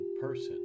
person